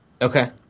Okay